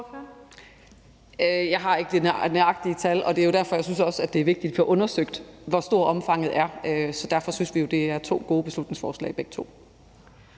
Jeg har ikke det nøjagtige tal, og det er jo derfor, jeg også synes, det er vigtigt at få undersøgt, hvor stort omfanget er. Så derfor synes vi jo, at det er to gode beslutningsforslag. Kl.